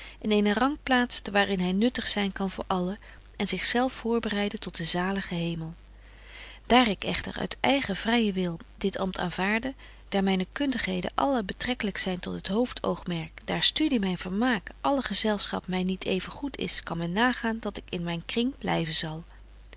in eenen rang plaatst waar in hy nuttig zyn kan voor allen en zich zelf voorbereiden tot den zaligen hemel daar ik echter uit eigen vryën wil dit amt aanvaarde daar myne kundigheden allen betreklyk zyn tot het hoofd oogmerk daar studie myn verbetje wolff en aagje deken historie van mejuffrouw sara burgerhart maak alle gezelschap my niet even goed is kan men nagaan dat ik in myn kring blyven zal